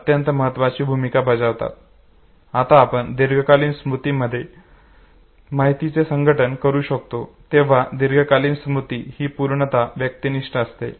आता जेव्हा आपण दीर्घकालीन स्मृतीमध्ये माहितीचे संघटन करू लागतो तेव्हा दीर्घकालीन स्मृती ही पूर्णता व्यक्तीनिष्ठ असते